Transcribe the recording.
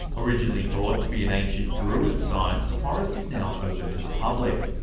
originally thought to be an ancient druid site, the forest is now open to the public,